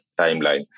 timeline